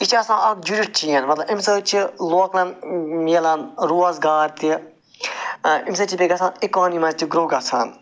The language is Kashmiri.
یہِ چھِ آسان اکھ جُرِچین مطلب امہِ سۭتۍ چھِ لوکلن ملان روزگارتہِ امہِ سۭتۍ چھِ بیٚیہِ گَژھان اِکانمی منٛز تہِ گرو گَژھان